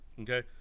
okay